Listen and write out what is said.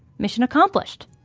mission accomplished,